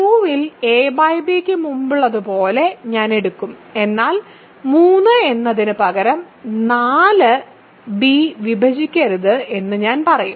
Q യിൽ ab ക്ക് മുമ്പുള്ളതുപോലെ ഞാൻ എടുക്കും എന്നാൽ 3 എന്ന് പറയുന്നതിനുപകരം 4 b വിഭജിക്കരുത് എന്ന് ഞാൻ പറയും